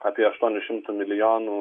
apie aštuonių šimtų milijonų